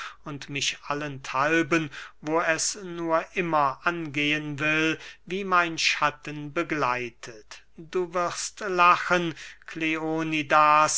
und mich allenthalben wo es nur immer angehen will wie mein schatten begleitet du wirst lachen